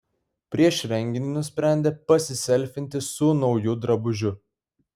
prieš renginį nusprendė pasiselfinti su nauju drabužiu